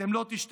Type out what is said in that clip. אתם לא תשתנו.